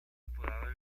apodado